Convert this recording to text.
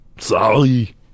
Sorry